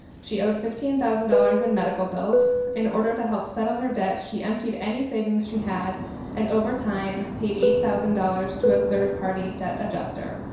she owed fifteen thousand dollars in medical bills. in order to help settle her debt, she emptied any savings she had and over time paid eight thousand dollars to a third-party debt adjuster.